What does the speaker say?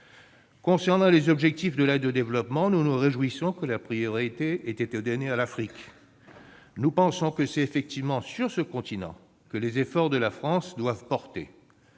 concerne les objectifs de l'aide au développement, nous nous réjouissons que la priorité ait été donnée à l'Afrique, car nous pensons aussi que c'est sur ce continent que les efforts de la France doivent porter.